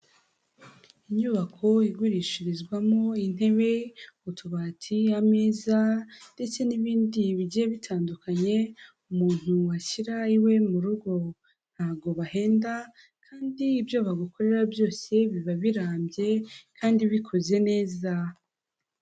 Inyubako igurishirizwamo intebe, utubati, ameza ndetse n'ibindi bigiye bitandukanye umuntu yashyira iwe mu rugo, ntabwo bahenda kandi ibyo bagukorera byose biba birambye kandi bikoze neza.